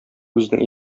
үзенең